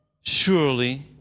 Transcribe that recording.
Surely